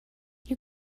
you